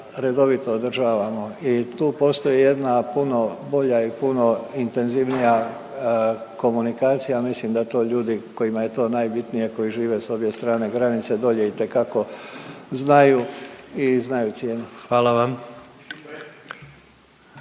redovito održavamo i tu postoji jedna puno bolja i puno intenzivnija komunikacija, mislim da to ljudi kojima je to najbitnija, koji žive s obje strane granice dolje itekako znaju i znaju cijeniti.